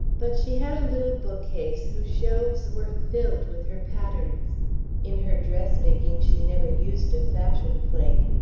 but she had a little bookcase whose shelves were filled with her patterns in her dressmaking she never used a fashion plate.